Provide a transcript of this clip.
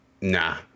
Nah